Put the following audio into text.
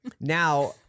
Now